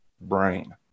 brain